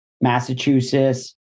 Massachusetts